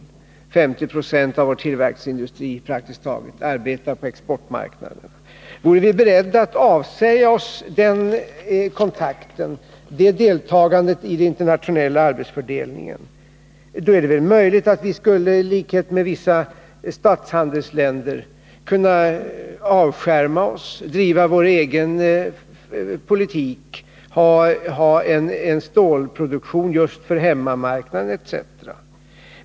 Praktiskt taget 50 20 av vår tillverkningsindustri arbetar på exportmarknaden. Vore vi beredda att avsäga oss deltagandet i den internationella arbetsfördelningen är det möjligt att vi i likhet med vissa statshandelsländer skulle kunna avskärma oss, driva vår egen politik och ha en stålproduktion just för hemmamarknaden etc.